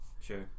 Sure